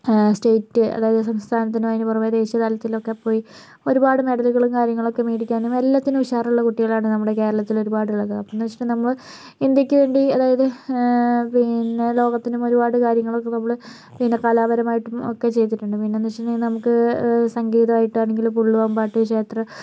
state അതായത് സംസ്ഥാനത്തിലും അതിനുപുറമേ ദേശീയതലത്തിൽ ഒക്കെ പോയി ഒരുപാട് മെഡലുകളും കാര്യങ്ങളൊക്കെ മേടിക്കാനും എല്ലാത്തിനും ഉഷാറുള്ള കുട്ടികളാണ് നമ്മുടെ കേരളത്തിൽ ഒരുപാടുള്ളത് അപ്പോൾ എന്താണെന്ന് വെച്ചിട്ടുണ്ടെങ്കിൽ നമ്മൾ ഇന്ത്യയ്ക്കുവേണ്ടി അതായത് പിന്നെ ലോകത്തിനും ഒരുപാട് കാര്യങ്ങൾ ഒക്കെ നമ്മൾ പിന്നെ കലാപരമായിട്ടും ഒക്കെ ചെയ്തിട്ടുണ്ട് പിന്നെ എന്താണെന്ന് വെച്ചിട്ടുണ്ടെങ്കിൽ നമുക്ക് സംഗീതം ആയിട്ടാണെങ്കിലും പുള്ളുവൻപാട്ട് ക്ഷേത്രം